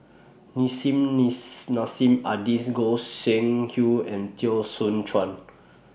Nissim lease Nassim Adis Goi Seng Hui and Teo Soon Chuan